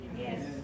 Yes